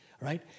right